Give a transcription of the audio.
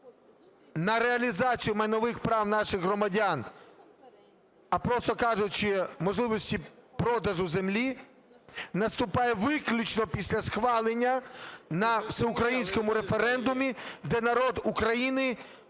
на реалізацію майнових прав наших громадян, а просто кажучи, можливості продажу землі наступає виключно після схвалення на всеукраїнському референдумі, де народ України